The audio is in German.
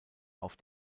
auf